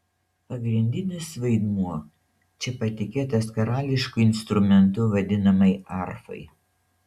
pagrindinis vaidmuo čia patikėtas karališku instrumentu vadinamai arfai